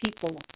people